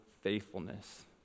faithfulness